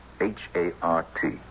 H-A-R-T